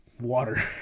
water